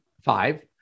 five